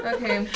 Okay